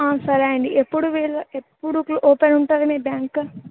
సరే అండి ఎప్పుడు వీలు ఎప్పుడు క్లో ఓపెన్ ఉంటుంది మీ బ్యాంక్